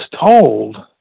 told